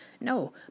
No